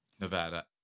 Nevada